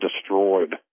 destroyed